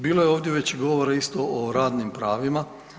Bilo je ovdje već i govora isto o radnim pravima.